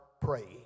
praying